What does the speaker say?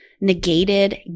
negated